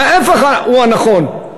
ההפך הוא הנכון.